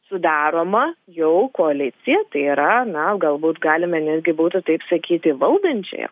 sudaroma jau koalicija tai yra na galbūt galime netgi būtų taip sakyti valdančiąją